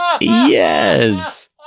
Yes